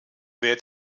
wer